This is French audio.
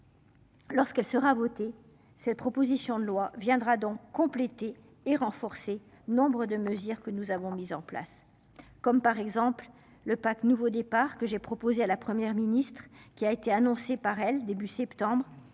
Lorsqu'elle sera votée, cette proposition de loi viendra donc compléter et renforcer nombre de mesures que nous avons mis en place comme par exemple le Pack nouveau départ que j'ai proposé à la Première ministre, qui a été annoncé par elle-début septembre